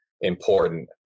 important